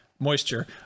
Moisture